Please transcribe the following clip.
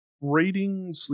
rating